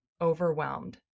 overwhelmed